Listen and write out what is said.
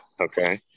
Okay